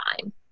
time